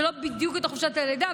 זה לא בדיוק את חופשת הלידה,